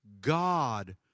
God